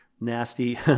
nasty